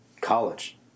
college